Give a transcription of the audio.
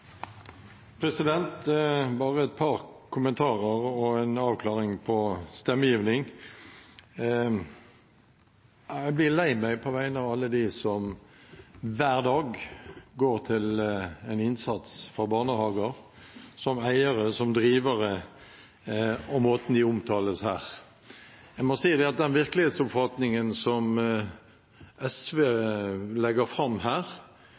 Bare et par kommentarer og en avklaring om stemmegivning: Jeg blir lei meg på vegne av alle de som hver dag gjør en innsats for barnehager, som eiere og drivere, for måten de omtales på her. Den virkelighetsoppfatningen som SV legger fram her,